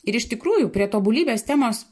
ir iš tikrųjų prie tobulybės temos